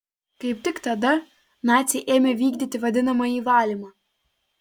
kaip tik tada naciai ėmė vykdyti vadinamąjį valymą